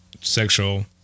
sexual